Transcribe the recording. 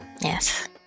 Yes